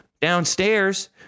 Downstairs